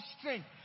strength